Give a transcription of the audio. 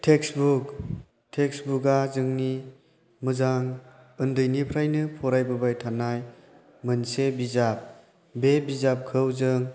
text book text book आ जोंनि मोजां उन्दैनिफ्रायनो फरायबोबाय थानाय मोनसे बिजाब बे बिजाबखौ जों